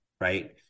right